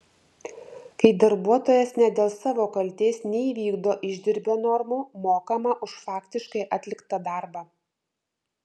kai darbuotojas ne dėl savo kaltės neįvykdo išdirbio normų mokama už faktiškai atliktą darbą